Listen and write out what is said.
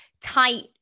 tight